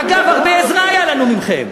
אגב, הרבה עזרה הייתה לנו מכם.